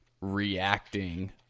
reacting